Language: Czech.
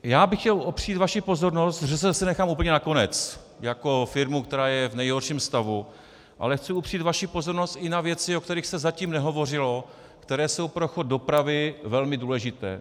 Já bych chtěl opřít vaši pozornost ŘSD si nechám úplně na konec jako firmu, která je v nejhorším stavu ale chci upřít vaši pozornost i na věci, o kterých se zatím nehovořilo, které jsou pro chod dopravy velmi důležité.